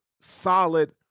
solid